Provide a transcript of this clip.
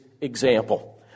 example